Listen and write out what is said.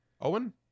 Owen